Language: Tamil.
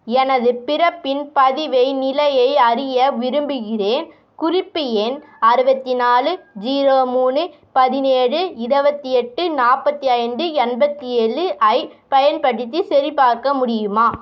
எனது பிறப்பின் பதிவை நிலையை அறிய விரும்புகிறேன் குறிப்பு எண் அறுபத்தி நாலு ஜீரோ மூணு பதினேழு இருபத்தி எட்டு நாற்பத்தி ஐந்து எண்பத்தி ஏழு ஐ பயன்படுத்தி சரிபார்க்க முடியுமா